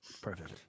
Perfect